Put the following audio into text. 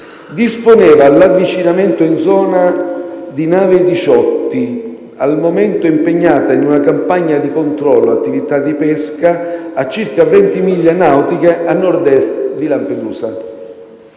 disponeva l'avvicinamento in zona di nave Diciotti, al momento impegnata in una campagna di controllo attività di pesca a circa 20 miglia nautiche a nord-est di Lampedusa.